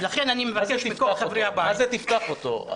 לכן אני מבקש מכל חברי הוועדה --- מה זה "תפתח אותו"?